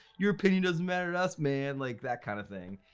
your opinion doesn't matter to us, man! like that kind of thing.